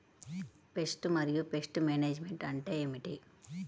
Pest మరియు pest management అంటే ఏమిటి?